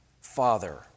Father